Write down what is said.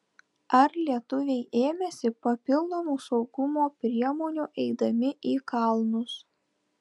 ar lietuviai ėmėsi papildomų saugumo priemonių eidami į kalnus